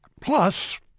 Plus